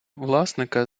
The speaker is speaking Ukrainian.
власника